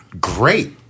great